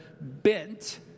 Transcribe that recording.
bent